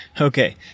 Okay